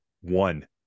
one